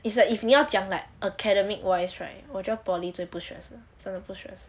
is that if 你要讲 like academic wise right 我觉得 poly 最不 stressful 真的不 stressful